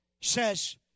says